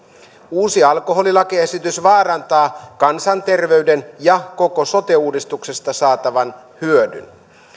uusi alkoholilakiesitys vaarantaa kansanterveyden ja koko sote uudistuksesta saatavan hyödyn